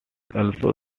also